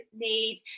need